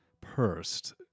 pursed